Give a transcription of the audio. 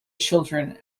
children